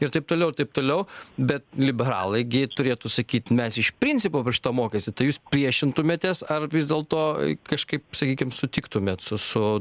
ir taip toliau ir taip toliau bet liberalai gi turėtų sakyt mes iš principo prieš šitą mokestį tai jūs priešintumėtės ar vis dėlto kažkaip sakykim sutiktumėt su su